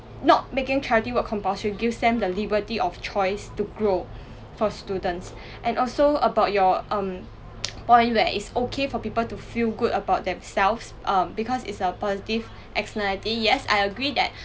not making charity work compulsory gives them the liberty of choice to grow for students and also about your um point where it's okay for people to feel good about themselves um because it's a positive externality yes I agree that